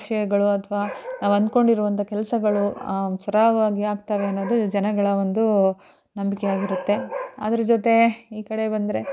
ಆಶಯಗಳು ಅಥವಾ ನಾವಂದ್ಕೊಂಡಿರೋಂಥ ಕೆಲಸಗಳು ಸರಾಗವಾಗಿ ಆಗ್ತವೆ ಅನ್ನೋದು ಜನಗಳ ಒಂದು ನಂಬಿಕೆಯಾಗಿರುತ್ತೆ ಅದರೆ ಜೊತೆ ಈ ಕಡೆ ಬಂದರೆ